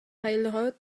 railroad